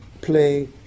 play